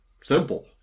Simple